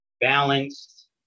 balanced